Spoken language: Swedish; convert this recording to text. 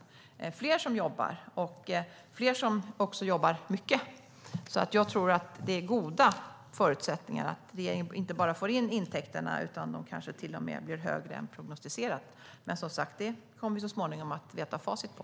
Det är fler som jobbar, och fler jobbar mycket. Jag tror att det är goda förutsättningar för att regeringen inte bara får in intäkterna utan att dessa kanske till och med blir högre än prognostiserat. Men det kommer vi som sagt att få facit på.